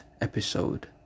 episode